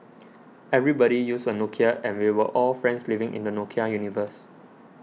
everybody used a Nokia and we were all friends living in the Nokia universe